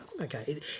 Okay